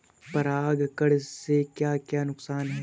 परागण से क्या क्या नुकसान हैं?